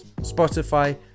Spotify